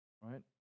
right